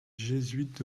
jésuites